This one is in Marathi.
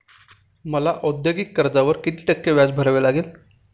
मला औद्योगिक कर्जावर किती टक्के व्याज भरावे लागेल?